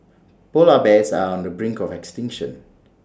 Polar Bears are on the brink of extinction